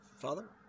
father